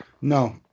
No